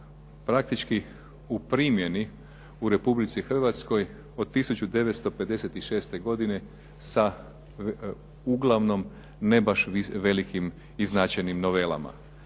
praktički u primjeni u Republici Hrvatskoj od 1956. godine sa uglavnom ne baš velikim i značajnim novelama.